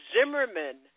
Zimmerman